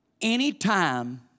Anytime